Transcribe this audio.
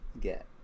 get